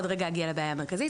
עוד רגע אני אגיע לבעיה המרכזית.